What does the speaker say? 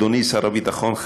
אדוני שר הביטחון,